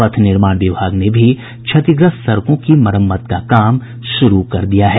पथ निर्माण विभाग ने भी क्षतिग्रस्त सड़कों की मरम्मत का काम शुरू कर दिया है